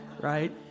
right